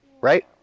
right